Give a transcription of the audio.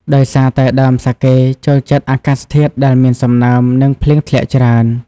ដោយសារតែដើមសាកេចូលចិត្តអាកាសធាតុដែលមានសំណើម និងភ្លៀងធ្លាក់ច្រើន។